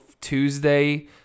Tuesday